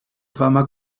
fama